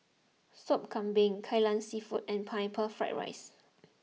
Sop Kambing Kai Lan Seafood and Pineapple Fried Rice